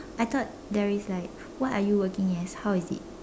I thought there is like what are you working as how is it